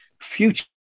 future